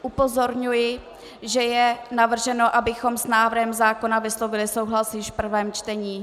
Upozorňuji, že je navrženo, abychom s návrhem zákona vyslovili souhlas již v prvém čtení.